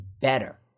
better